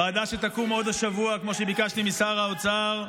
ועדה שתקום עוד השבוע, כמו שביקשתי משר האוצר.